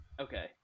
Okay